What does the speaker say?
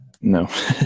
no